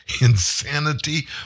insanity